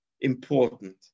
important